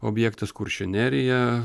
objektas kuršių nerija